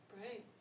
Right